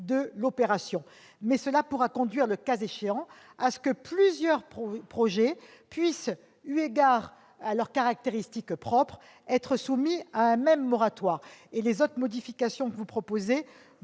de l'opération ». Mais cela pourra conduire, le cas échéant, à ce que plusieurs projets puissent, eu égard à leurs caractéristiques propres, être soumis à un même moratoire. Les autres modifications proposées